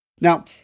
Now